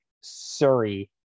surrey